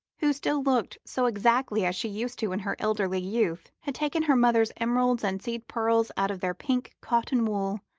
who still looked so exactly as she used to in her elderly youth, had taken her mother's emeralds and seed-pearls out of their pink cotton-wool,